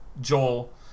Joel